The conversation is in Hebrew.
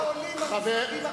כמה עולים המשרדים החדשים?